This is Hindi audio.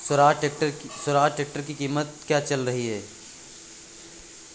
स्वराज ट्रैक्टर की कीमत क्या चल रही है?